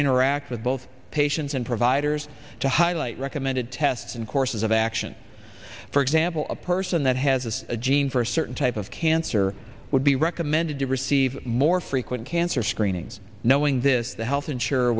interact with both patients and providers to highlight recommended tests and courses of action for example a person that has a gene for a certain type of cancer would be recommended to receive more frequent cancer screenings knowing this health insur